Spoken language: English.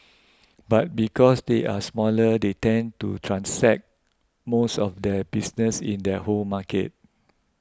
but because they are smaller they tend to transact most of their business in their home markets